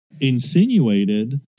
insinuated